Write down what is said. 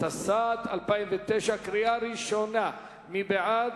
התשס"ט 2009. מי בעד?